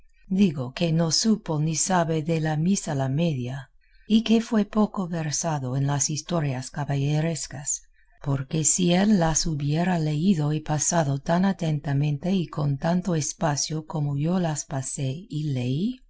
digo que no supo ni sabe de la misa la media y que fue poco versado en las historias caballerescas porque si él las hubiera leído y pasado tan atentamente y con tanto espacio como yo las pasé y leí